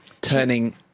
Turning